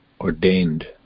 ordained